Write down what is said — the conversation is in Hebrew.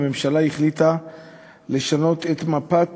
הממשלה החליטה לשנות את מפת